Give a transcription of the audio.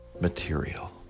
material